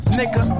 nigga